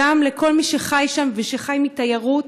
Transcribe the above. גם לכל מי שחי שם ושחי מתיירות.